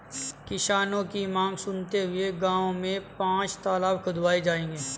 किसानों की मांग सुनते हुए गांव में पांच तलाब खुदाऐ जाएंगे